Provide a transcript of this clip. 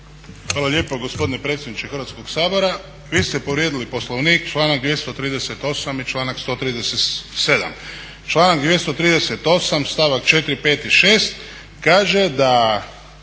Hvala lijepo gospodine predsjedniče Hrvatskog sabora. Vi ste povrijedili Poslovnik članak 238. i članak 137. Članak 238. stavak 4., 5. i 6. kaže da